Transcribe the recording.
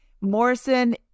Morrison